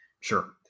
Sure